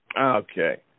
Okay